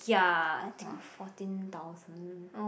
ya I think fourteen thousand